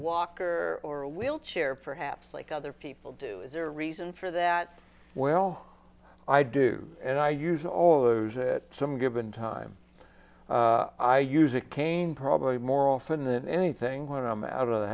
walker or a wheelchair perhaps like other people do is there a reason for that well i do and i use all those that some given time i use a cane probably more often than anything when i'm out of the